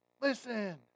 listen